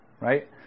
Right